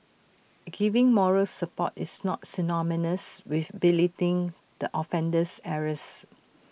giving moral support is not synonymous with belittling the offender's errors